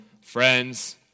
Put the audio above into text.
friends